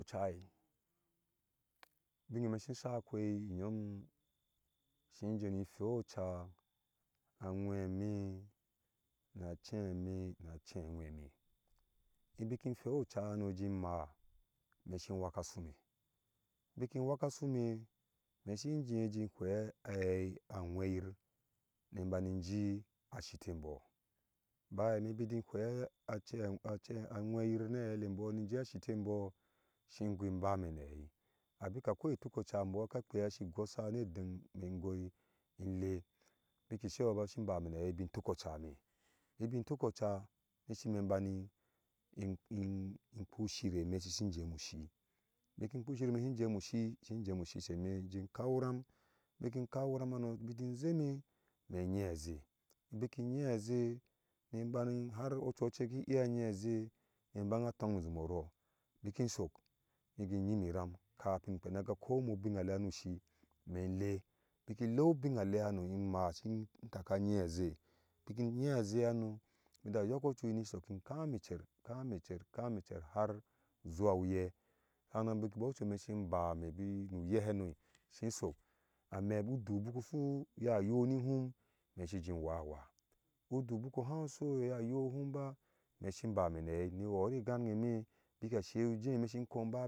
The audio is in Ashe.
Ubinge si sai akpei nyom si jeni phei oca, aŋwɛ ɛme na cɛime na cɛi aŋwɛ me in biki phei oca hano ji mãã mesi waka asuume biki waka asuu imɛ sin jeji hwe a hai aŋɛ yir ni bani inji asitii embɔɔ baya ɛme biji phea acɛia acɛi aŋwɛyir ni hele mbɔɔ nije asiti singui imbame na hai abika koi ituko ca embɔɔ ka kpea si gosa ne deng me goi in lɛɛ biki seyɔɔ ba sin bame na haibin tukɔɔ acame ibin tukɔɔ oca nisi me baniin in kpu shirimɛ sisi jemuushi biki kpu shiri me sin jemi ushi sin jemu shis heme jin kau ram biki kau iram hano ŋji zeme ime nyi azɛ biki nyi aze ni bani har ochuɔcek iya nyiaze ni banghã tongii me izumo orɔɔ biki sɔk igii nyimi ram kapi ga kpena ga kowii me ubina lɛa nu shi me lɛa biki lɛa binalɛa hano immãã shin taka nyia zhɛ biki nyiaze hanoo ja yoko ocu ni ni sok ikami cer kami cer kami cer har zuwa uyɛ hanan biki go ocu me shi bame nu uyɛ hano sin sok ame buk udui buku uso yayo ni hum me siji wawãã indu buku hau soyeyayo ni hum ime sin bame na hai ni hori igan ga nge me bika shi ujii ime shin ko inbame na hai ime.